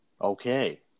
Okay